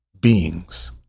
beings